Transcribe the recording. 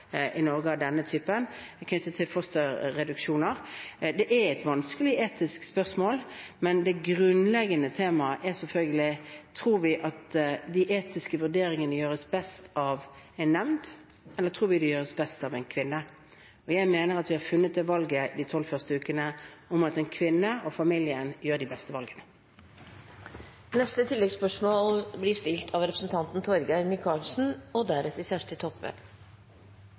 i Norge av denne typen, knyttet til fosterreduksjoner. Det er et vanskelig etisk spørsmål, men det grunnleggende temaet er selvfølgelig: Tror vi at de etiske vurderingene gjøres best av en nemnd, eller tror vi de gjøres best av en kvinne? Jeg mener vi har svaret for de tolv første ukene, at en kvinne og familien gjør de beste valgene. Torgeir Micaelsen – til neste oppfølgingsspørsmål. Jeg er glad for at statsministeren er enig med meg og